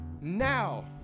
now